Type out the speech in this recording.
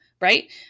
right